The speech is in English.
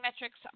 metrics